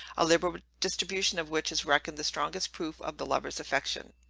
a liberal distribution of which is reckoned the strongest proof of the lover's affection.